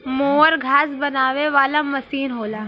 mower घास बनावे वाला मसीन होला